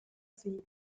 sugli